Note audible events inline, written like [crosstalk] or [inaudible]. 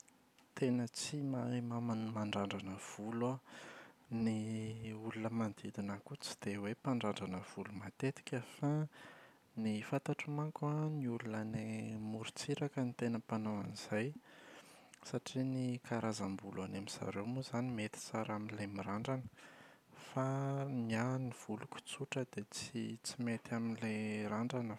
Tena tsy mahay maman- mandrandrana volo aho. Ny [hesitation] olona manodidina ahy koa tsy dia hoe mpandrandrana volo matetika fa [hesitation] ny fantatro manko an, ny olona any [hesitation] amorontsiraka no tena mpanao an’izay satria ny karazam-bolo any amin’izareo moa izany mety tsara amin’ilay mirandrana. Fa [hesitation] ny ahy ny voloko tsotra dia tsy [hesitation] tsy mety amin’ilay mirandrana.